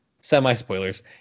Semi-spoilers